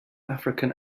african